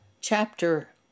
chapter